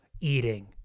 eating